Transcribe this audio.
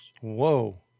Whoa